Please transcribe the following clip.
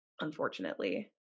unfortunately